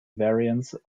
variants